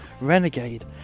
renegade